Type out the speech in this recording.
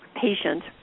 patient